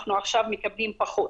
אנחנו עכשיו מקבלים פחות.